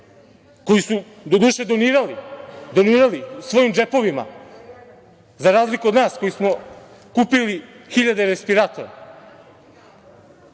koji su doduše donirali, donirali svojim džepovima, za razliku od nas koji smo kupili hiljade respiratora,